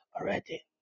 already